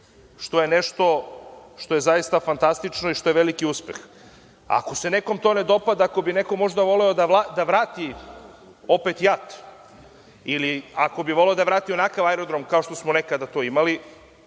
što je nešto što je zaista fantastično i veliki uspeh. Ako se nekome to ne dopada, ako bi neko možda voleo da vrati opet JAT ili da vrati onakav aerodrom kao što smo nekada imali,